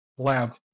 lab